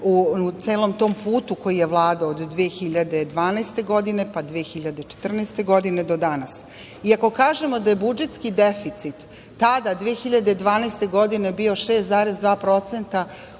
u celom tom putu koji je Vlada od 2012. godine, pa 2014.godine, do danas. Ako kažemo da je budžetski deficit tada, 2012. godine, bio 6,2%